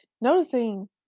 noticing